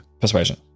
persuasion